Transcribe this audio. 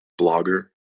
blogger